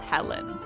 Helen